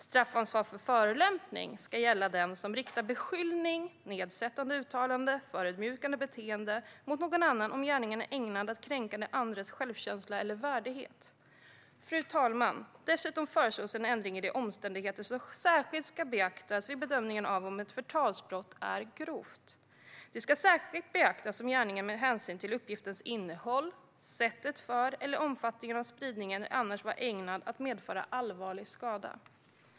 Straffansvar för förolämpning ska gälla den som riktar beskyllning, nedsättande uttalande eller förödmjukande beteende mot någon annan om gärningen är ägnad att kränka den andres självkänsla eller värdighet. Ett starkt straffrättsligt skydd för den person-liga integriteten Fru talman! Dessutom föreslås en ändring i de omständigheter som särskilt ska beaktas vid bedömningen av om ett förtalsbrott är grovt. Det ska särskilt beaktas om gärningen med hänsyn till uppgiftens innehåll, sättet för eller omfattningen av spridningen eller annat var ägnad att medföra allvarlig skada.